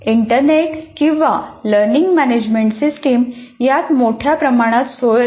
internet किंवा learning management system यात मोठ्या प्रमाणात सोय करू शकते